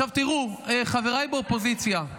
בית המשפט, תראו, חבריי באופוזיציה,